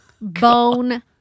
bone